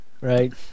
right